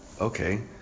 Okay